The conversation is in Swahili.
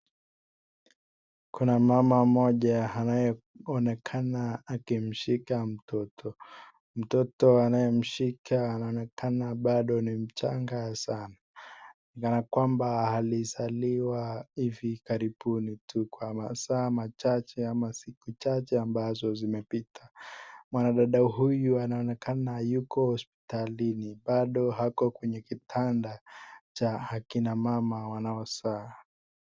Kuna mama mmoja anayeonekana akimshika mtoto. Mtoto anayemshika anaonekana bado ni mchanga sana na kwamba alizaliwa hivi karibuni tu kwa masaa machache ama siku chache ambazo zimepita. Mwanadada huyu anaonekana yuko hospitalini bado ako kwenye kitanda cha akina mama wanaozaa.